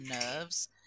nerves